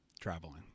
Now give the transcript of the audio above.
traveling